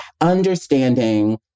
understanding